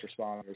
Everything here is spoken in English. responders